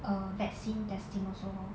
err vaccine testing also